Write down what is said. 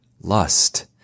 lust